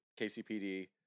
KCPD